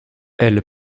elle